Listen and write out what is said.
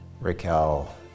Raquel